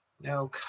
no